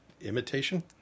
imitation